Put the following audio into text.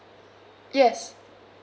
yes